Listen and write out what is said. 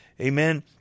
Amen